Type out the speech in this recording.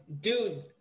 dude